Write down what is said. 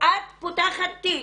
את פותחת תיק,